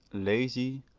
lazy,